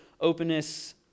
openness